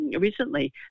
recently